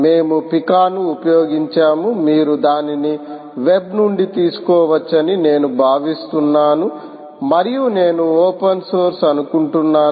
మేము పికాను ఉపయోగించాము మీరు దానిని వెబ్ నుండి తీసుకోవచ్చని నేను భావిస్తున్నాను మరియు నేను ఓపెన్ సోర్స్ అనుకుంటున్నాను